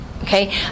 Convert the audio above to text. Okay